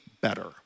better